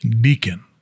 deacon